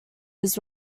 his